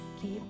Keep